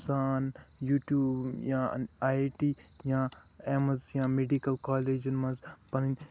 سان یوٗٹوٗب یا I I T یا ایمٕز یا میڈِکل کالجن منٛز پَنٕنۍ